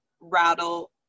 rattle